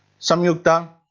samyuktha.